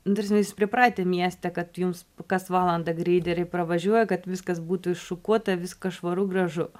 nu ta prasme jūs pripratę mieste kad jums kas valandą greideriai pravažiuoja kad viskas būtų iššukuota viskas švaru gražu